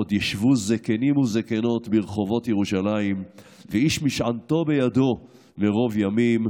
עד ישבו זקנים וזקנות ברחבות ירושלים ואיש משענתו בידו מרב ימים,